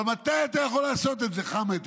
אבל מתי אתה יכול לעשות את זה, חמד?